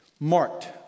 Marked